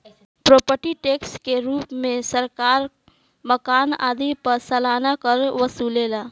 property tax के रूप में सरकार मकान आदि पर सालाना कर वसुलेला